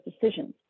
decisions